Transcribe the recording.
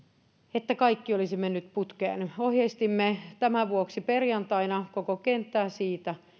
että kaikki olisi mennyt putkeen ohjeistimme tämän vuoksi perjantaina koko kenttää siitä